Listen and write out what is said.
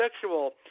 sexual